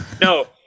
No